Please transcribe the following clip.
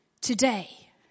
today